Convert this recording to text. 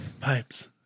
pipes